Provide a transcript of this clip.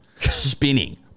spinning